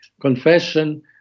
confession